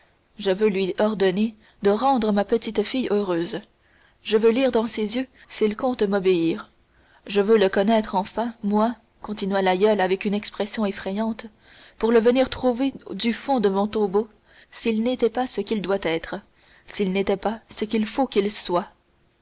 je veux lui ordonner de rendre ma petite-fille heureuse je veux lire dans ses yeux s'il compte m'obéir je veux le connaître enfin moi continua l'aïeule avec une expression effrayante pour le venir trouver du fond de mon tombeau s'il n'était pas ce qu'il doit être s'il n'était pas ce qu'il faut qu'il soit